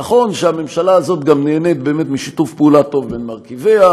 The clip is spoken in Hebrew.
נכון שהממשלה הזאת גם נהנית באמת משיתוף פעולה טוב בין מרכיביה,